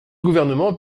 gouvernement